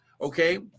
Okay